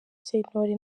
sentore